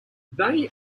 they